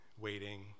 waiting